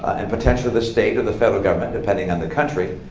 and potentially the state or the federal government, depending on the country,